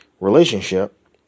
relationship